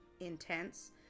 intense